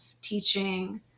teaching